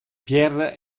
pierre